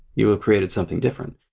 you have created something different.